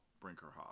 Brinkerhoff